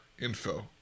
info